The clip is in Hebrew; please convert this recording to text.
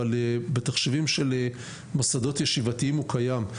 אבל בתחשיבים של מוסדות ישיבתיים הוא קיים.